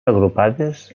agrupades